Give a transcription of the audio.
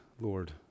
Lord